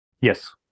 Yes